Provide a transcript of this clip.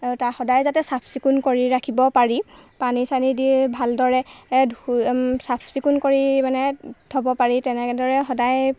তা সদায় যাতে চাফ চিকুণ কৰি ৰাখিব পাৰি পানী চানী দি ভালদৰে ধুই চাফ চিকুণ কৰি মানে থ'ব পাৰি তেনেদৰে সদায়